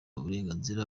uburenganzira